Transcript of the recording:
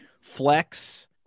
flex